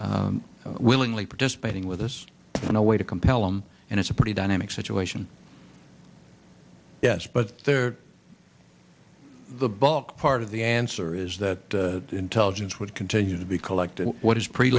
willingly participating with us in a way to compel them and it's a pretty dynamic situation yes but they're the bulk part of the answer is that intelligence would continue to be collected what is pre